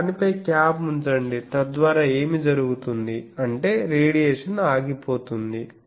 మీరు దానిపై క్యాప్ ఉంచండి తద్వారా ఏమి జరుగుతుంది అంటే రేడియేషన్ ఆగిపోతుంది